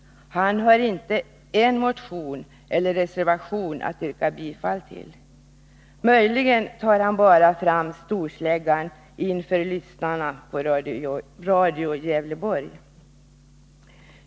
Han har inte en enda motion eller reservation att yrka bifall till. Möjligen tar han fram storsläggan bara inför lyssnarna på Radio Gävleborg.